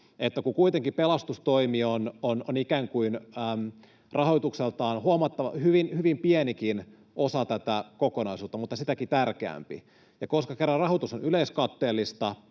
että kun kuitenkin pelastustoimi on ikään kuin rahoitukseltaan hyvin pienikin osa tätä kokonaisuutta — mutta sitäkin tärkeämpi — ja kun kerran rahoitus on yleiskatteellista